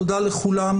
תודה רבה, הישיבה